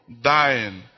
dying